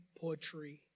poetry